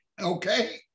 okay